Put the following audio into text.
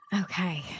Okay